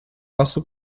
osób